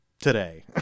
today